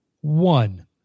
one